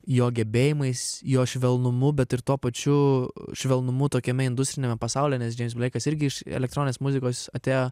jo gebėjimais jo švelnumu bet ir tuo pačiu švelnumu tokiame industriniame pasaulyje nes bleikas irgi iš elektroninės muzikos atėjo